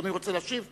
אדוני רוצה להשיב?